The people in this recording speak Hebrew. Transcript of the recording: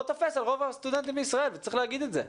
תופס על רוב הסטודנטים בישראל וצריך להגיד את זה.